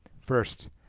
First